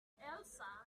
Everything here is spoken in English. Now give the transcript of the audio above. elsa